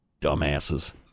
dumbasses